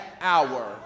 hour